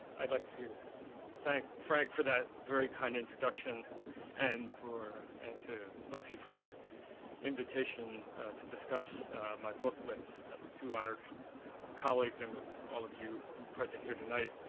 i'd like to thank frank for that very kind introduction and for and to lexi for the invitation to discuss my book with two honored colleagues and with all of you present here tonight.